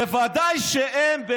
בוודאי שהם,